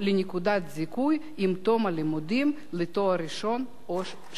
זיכוי עם תום הלימודים לתואר ראשון או שני.